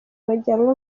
bajyanwa